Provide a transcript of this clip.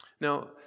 Now